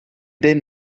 denn